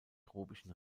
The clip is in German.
tropischen